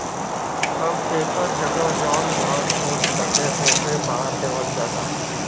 अब एकर जगह जौन घास फुस बचे ओके बार देवल जाला